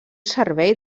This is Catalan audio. servei